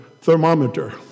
thermometer